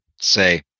say